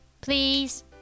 Please